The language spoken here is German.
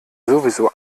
sowieso